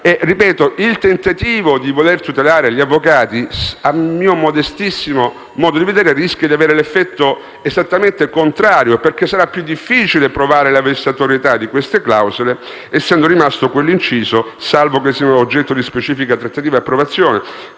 Ripeto: il tentativo di voler tutelare gli avvocati, a mio modestissimo modo di vedere, rischia di avere l'effetto esattamente contrario, perché sarà più difficile provare la vessatorietà delle clausole, essendo rimasto l'inciso «salvo che siano state oggetto di specifica trattativa e approvazione».